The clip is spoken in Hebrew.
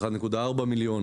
ל-1.4 מיליון,